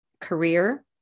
career